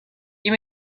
you